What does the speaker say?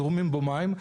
זורמים בו מים,